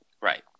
Right